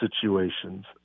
situations